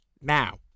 now